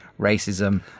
racism